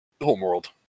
homeworld